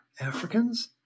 Africans